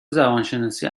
زبانشناسی